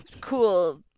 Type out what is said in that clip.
cool